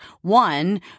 One